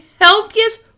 healthiest